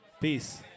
Peace